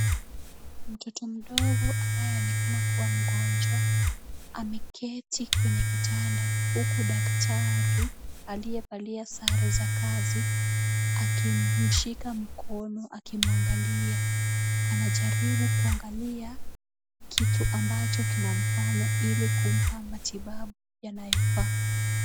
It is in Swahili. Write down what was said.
Mtoto mdogo anayeonekana kuwa mgonjwa, ameketi kwenye kitanda huku daktari, aliyevalia sare za kazi, akimshika mkono, akimwangalia. Anajaribu kuangalia kitu ambayo kunamfanya ili kumpa matibabu yanayofaa.